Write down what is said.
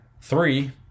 Three